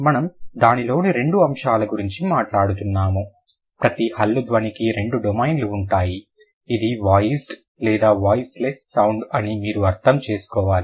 మనము దానిలోని రెండు అంశాల గురించి మాట్లాడుతున్నాము ప్రతి హల్లు ధ్వనికి రెండు డొమైన్లు ఉంటాయి ఇది వాయిస్డ్ లేదా వాయిస్లెస్ సౌండ్ అని మీరు అర్థం చేసుకోవాలి